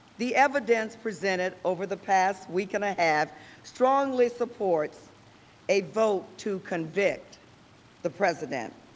the evidence presented over the past week and a half strongly supports a vote to convict the president.